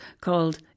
called